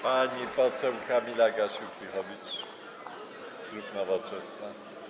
Pani poseł Kamila Gasiuk-Pihowicz, klub Nowoczesna.